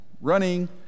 Running